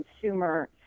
consumer